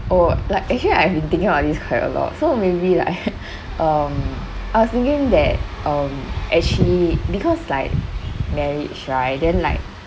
oh like actually I've been thinking of this quite a lot so maybe like um I was thinking that um actually because like marriage right then like